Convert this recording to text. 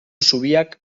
zubiak